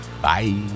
Bye